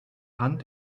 hand